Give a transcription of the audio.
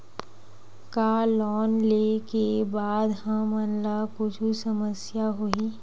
का लोन ले के बाद हमन ला कुछु समस्या होही?